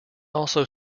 also